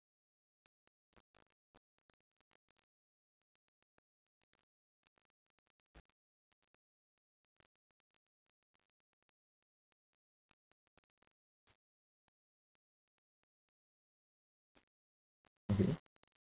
okay